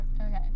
Okay